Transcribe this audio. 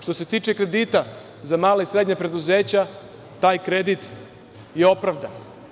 Što se tiče kredita za mala i srednja preduzeća, taj kredit je opravdan.